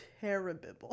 terrible